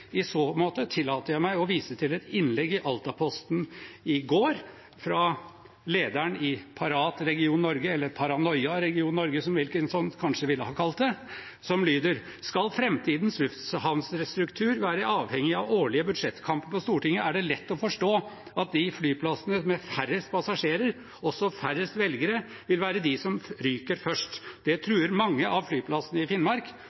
I så måte tillater jeg meg å vise til et innlegg i Altaposten i går fra lederen i Parat region Norge – eller Paranoia region Norge som Wilkinson kanskje ville ha kalt det – som lyder: «Skal fremtidens lufthavnstruktur være avhengig av årlige budsjettkamper på Stortinget, er det lett å forstå , at de flyplassene med færrest passasjerer, og færrest velgere, vil være de som ryker først. Det truer mange av flyplassene i Finnmark,